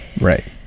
Right